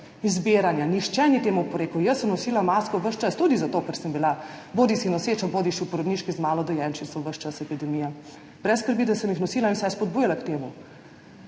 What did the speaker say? zbiranja, nihče ni temu oporekal, jaz sem nosila masko ves čas, tudi zato, ker sem bila bodisi noseča bodisi v porodniški z malo dojenčico ves čas epidemije, brez skrbi, da sem jih nosila in vse spodbujala k temu,